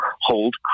hold